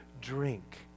drink